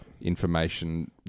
information